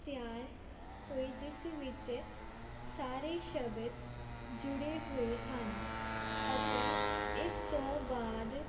ਤਿਆਰ ਹੋਈ ਜਿਸ ਵਿੱਚ ਸਾਰੇ ਸ਼ਬਦ ਜੁੜੇ ਹੋਏ ਹਨ ਅਤੇ ਇਸ ਤੋਂ ਬਾਅਦ